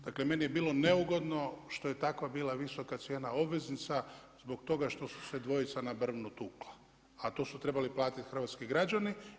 Dakle meni je bilo neugodno što je takva bila visoka cijena obveznica zbog toga što su se dvojca na brvnu tukla a to su trebali platiti hrvatski građani.